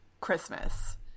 Christmas